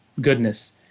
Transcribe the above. goodness